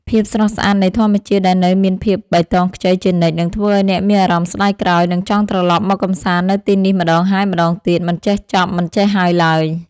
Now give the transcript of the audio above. ភាពស្រស់ស្អាតនៃធម្មជាតិដែលនៅមានភាពបៃតងខ្ចីជានិច្ចនឹងធ្វើឱ្យអ្នកមានអារម្មណ៍ស្ដាយក្រោយ និង ចង់ត្រឡប់មកកម្សាន្តនៅទីនេះម្ដងហើយម្ដងទៀតមិនចេះចប់មិនចេះហើយឡើយ។